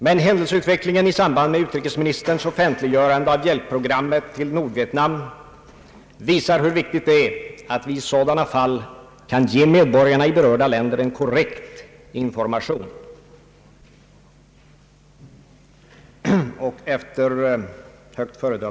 Men händelseutvecklingen i samband med utrikesministerns offentliggörande av hjälpprogrammet till Nordvietnam visar hur viktigt det är att vi i sådana fall kan ge medborgarna i berörda länder en korrekt information.